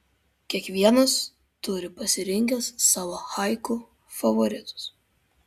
kiekvienas turi pasirinkęs savo haiku favoritus